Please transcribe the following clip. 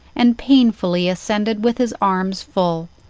and painfully ascended with his arms full,